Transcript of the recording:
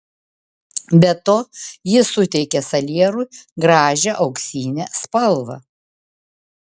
be to ji suteikia salierui gražią auksinę spalvą